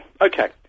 Okay